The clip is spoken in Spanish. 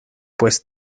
pues